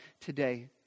today